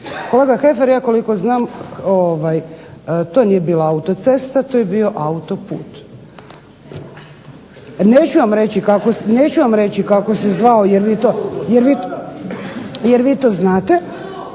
Kolega Heffer ja koliko znam to nije bila autocesta to je bio autoput. Neću vam reći kako se zvao jer vi to znate,